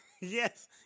Yes